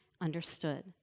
understood